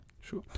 Sure